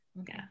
Okay